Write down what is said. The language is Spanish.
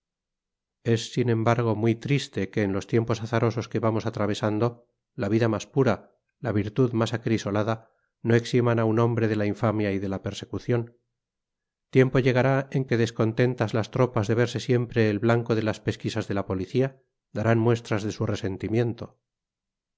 es sin embargo muy triste que en los tiempos azarosos que vamos atravesando la vida mas pura la virtud mas acrisolada no eximan á un hombre de la infamia y de la persecucion tiempo llegará en que descontentas las tropas de verse siempre el blanco de las pesquisas de la policía darán muestras de su resentimiento la